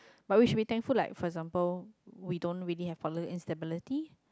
but we should thankful like for example we don't really have fellow instability